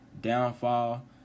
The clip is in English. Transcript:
downfall